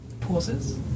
pauses